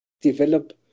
develop